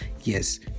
yes